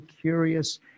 curious